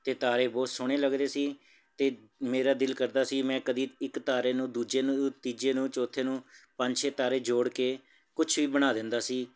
ਅਤੇ ਤਾਰੇ ਬਹੁਤ ਸੋਹਣੇ ਲੱਗਦੇ ਸੀ ਅਤੇ ਮੇਰਾ ਦਿਲ ਕਰਦਾ ਸੀ ਮੈਂ ਕਦੀ ਇੱਕ ਤਾਰੇ ਨੂੰ ਦੂਜੇ ਨੂੰ ਤੀਜੇ ਨੂੰ ਚੌਥੇ ਨੂੰ ਪੰਜ ਛੇ ਤਾਰੇ ਜੋੜ ਕੇ ਕੁਛ ਵੀ ਬਣਾ ਦਿੰਦਾ ਸੀ